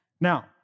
Now